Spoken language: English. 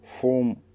form